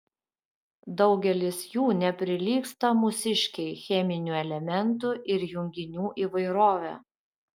daugelis jų neprilygsta mūsiškei cheminių elementų ir junginių įvairove